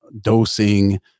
dosing